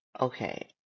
Okay